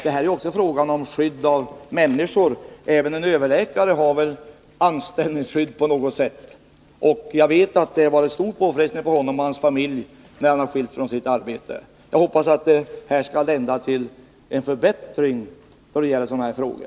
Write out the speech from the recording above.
Det är också fråga om skydd av människor. Även en överläkare har väl anställningsskydd på något sätt. Jag vet att det har varit stor påfrestning för honom och hans familj att han har skilts från sitt arbete. Jag hoppas att den här debatten skall leda till en förbättring då det gäller sådana här frågor.